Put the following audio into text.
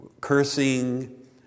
cursing